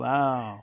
Wow